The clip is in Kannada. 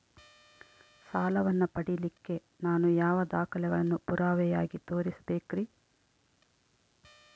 ಸಾಲವನ್ನು ಪಡಿಲಿಕ್ಕೆ ನಾನು ಯಾವ ದಾಖಲೆಗಳನ್ನು ಪುರಾವೆಯಾಗಿ ತೋರಿಸಬೇಕ್ರಿ?